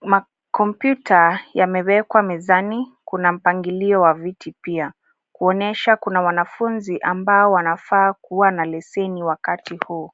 Makompyuta yamewekwa mezani. Kuna mpangilio wa viti pia kuonyesha kuna wanafunzi ambao wanafaa kuwa na leseni wakati huo.